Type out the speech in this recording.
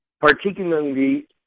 particularly